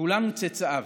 כולנו צאצאיו,